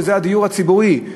שזה הדיור הציבורי,